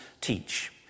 teach